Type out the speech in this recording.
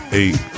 eight